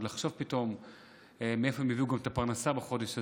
ועוד לחשוב פתאום מאיפה הם יביאו גם את הפרנסה בחודש הזה.